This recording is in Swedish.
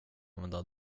använda